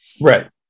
Right